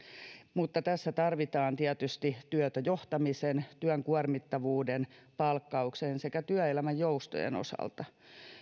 mutta tässä tarvitaan tietysti työtä johtamisen työn kuormittavuuden palkkauksen sekä työelämän joustojen osalta